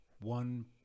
one